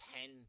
ten